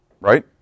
right